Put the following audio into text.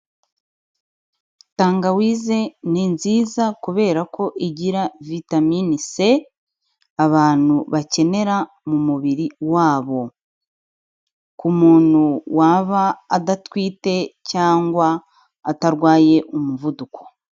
Tangawizi ni nziza kubera ko igira vitaminini c abantu bakenera mu mubiri wabo. Ku muntu waba adatwite cyangwa atarwaye umuvuduko.